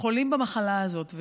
חולים במחלה הזאת.